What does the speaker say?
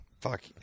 fuck